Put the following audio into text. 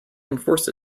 enforced